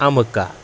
اَمہٕ کاک